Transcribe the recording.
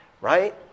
right